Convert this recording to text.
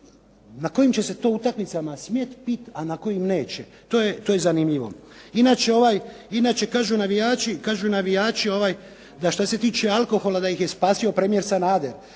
na kojim će se to utakmicama smjeti piti, a na kojim neće? To je zanimljivo. Inače, kažu navijači da što se tiče alkohola da ih je spasio premijer Sanader